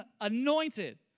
anointed